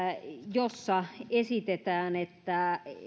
jossa esitetään että